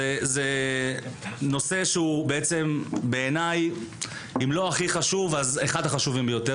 נושא שבעיניי הוא אחד החשובים ביותר,